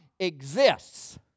Exists